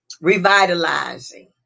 revitalizing